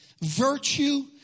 virtue